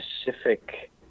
specific